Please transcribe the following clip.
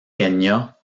kenya